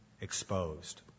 exposed